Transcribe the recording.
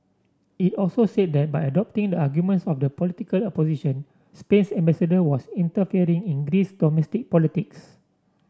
it also said that by adopting the arguments of the political opposition Spain's ambassador was interfering in Greece's domestic politics